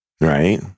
right